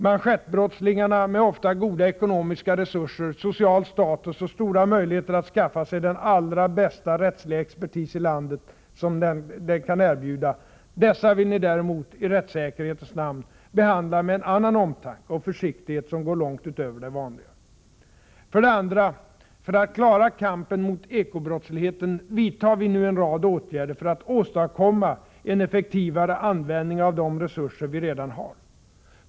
Manschettbrottslingarna — med ofta goda ekonomiska resurser, social status och stora möjligheter att skaffa sig den allra bästa rättsliga expertis landet kan erbjuda — dessa vill ni däremot, i rättssäkerhetens namn, behandla med en omtanke och försiktighet som går långt utöver det vanliga. För det andra: För att klara kampen mot eko-brottsligheten vidtar vi nu en rad åtgärder för att åstadkomma en effektivare användning av de resurser vi redan har.